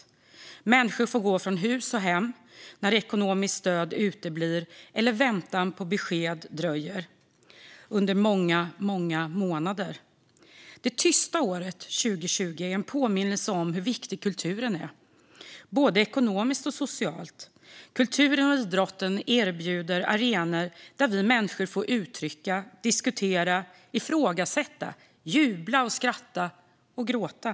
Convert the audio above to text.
Människor får gå från hus och hem när ekonomiskt stöd uteblir eller väntan på besked dröjer under många månader. Det tysta året 2020 är en påminnelse om hur viktig kulturen är, både ekonomiskt och socialt. Kulturen och idrotten erbjuder arenor där vi människor får uttrycka oss, diskutera, ifrågasätta, jubla, skratta och gråta.